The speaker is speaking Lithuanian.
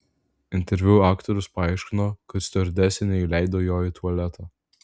interviu aktorius paaiškino kad stiuardesė neįleido jo į tualetą